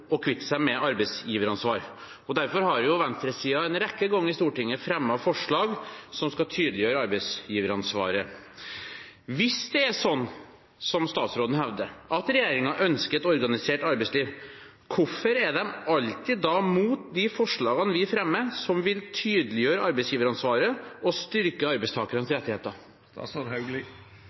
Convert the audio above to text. å kvitte seg med arbeidsgiveransvar. Derfor har venstresiden en rekke ganger i Stortinget fremmet forslag som skal tydeliggjøre arbeidsgiveransvaret. Hvis det er slik som statsråden hevder, at regjeringen ønsker et organisert arbeidsliv, hvorfor er de da alltid mot de forslagene vi fremmer, som vil tydeliggjøre arbeidsgiveransvaret og styrke arbeidstakernes rettigheter?